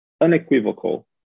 unequivocal